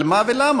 על מה ולמה?